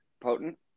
Potent